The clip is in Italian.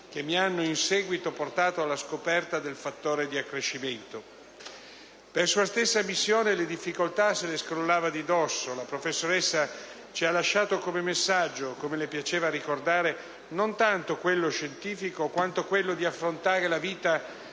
che mi hanno in seguito portato alla scoperta del fattore di accrescimento della fibra nervosa». Per sua stessa ammissione le difficoltà se le scrollava di dosso. La professoressa ci ha lasciato come messaggio, come le piaceva ricordare, non tanto quello scientifico, quanto quello di affrontare la vita